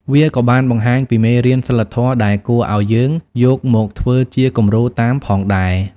វាក៏បានបង្ហាញពីមេរៀនសីលធម៌ដែលគួរឲ្យយើងយកមកធ្វើជាគំរូតាមផងដែរ។